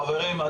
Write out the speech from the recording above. חברים,